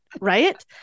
right